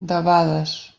debades